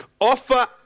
Offer